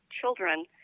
children